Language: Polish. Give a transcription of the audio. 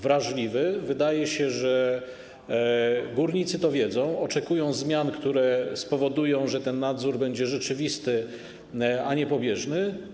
Wydaje się, że górnicy to wiedzą, oczekują zmian, które spowodują, że ten nadzór będzie rzeczywisty, a nie pobieżny.